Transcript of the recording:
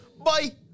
Bye